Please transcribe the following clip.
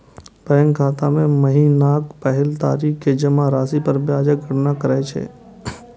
bank खाता मे महीनाक पहिल तारीख कें जमा राशि पर ब्याजक गणना करै छै